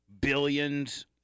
Billions